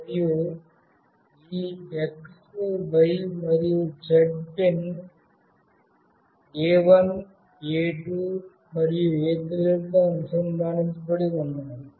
మరియు ఈ x y మరియు z పిన్ A1 A2 మరియు A3 లతో అనుసంధానించబడి ఉన్నాయి